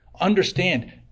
understand